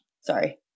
Sorry